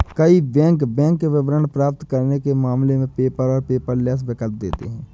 कई bank bank विवरण प्राप्त करने के मामले में पेपर और पेपरलेस विकल्प देते हैं